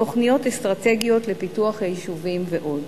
תוכניות אסטרטגיות לפיתוח היישובים ועוד.